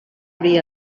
obri